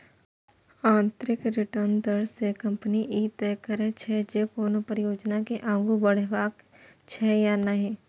आंतरिक रिटर्न दर सं कंपनी ई तय करै छै, जे कोनो परियोजना के आगू बढ़ेबाक छै या नहि